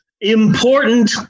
important